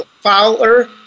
Fowler